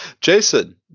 jason